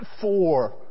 four